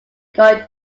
going